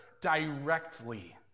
directly